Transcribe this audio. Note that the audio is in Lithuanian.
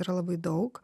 yra labai daug